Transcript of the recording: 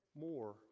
more